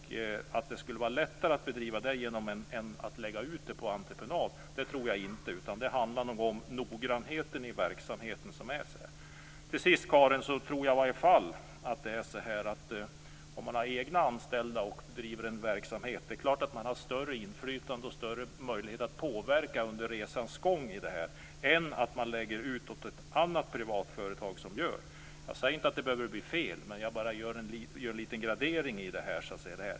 Att det skulle vara lättare att bedriva verksamhet genom att lägga ut det på entreprenad tror jag inte. Det handlar om noggrannheten i verksamheten. Till sist, Karin Pilsäter, tror jag i alla fall att om man har egna anställda och driver en verksamhet har man större inflytande och större möjlighet att påverka under resans gång än om man lägger ut verksamheten på ett annat privatföretag som driver den. Jag säger inte att det behöver bli fel, men jag gör bara en liten gradering i detta.